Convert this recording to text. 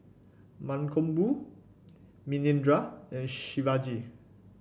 Mankombu Manindra and Shivaji